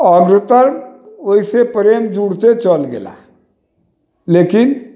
ओहिसे प्रेम जुड़ते चल गेला लेकिन